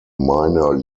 minor